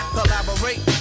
Collaborate